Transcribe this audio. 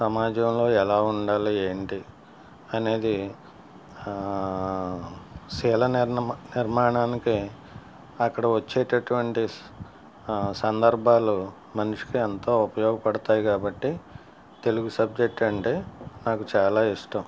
సమాజంలో ఎలా ఉండాలి ఏంటి అనేది ఆ శీల నిర్మ నిర్మాణానికి అక్కడ వచ్చేటటువంటి సందర్భాలు మనిషికి ఎంతో ఉపయోగపడతాయి కాబట్టి తెలుగు సబ్జెక్ట్ అంటే నాకు చాలా ఇష్టం